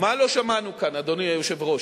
מה לא שמענו כאן, אדוני היושב-ראש,